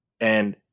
and-